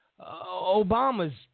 Obama's